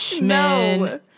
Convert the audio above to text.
No